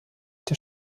der